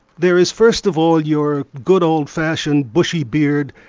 there is first of all your good old-fashioned, bushy beard,